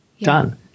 Done